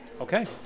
Okay